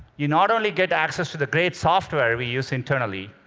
you not only get access to the great software we use internally,